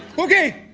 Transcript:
okay,